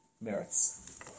merits